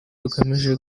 rugamije